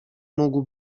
mógł